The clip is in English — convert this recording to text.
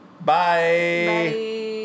Bye